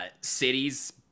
cities